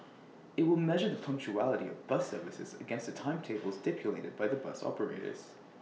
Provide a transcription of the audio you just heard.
IT will measure the punctuality of bus services against the timetables stipulated by the bus operators